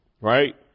Right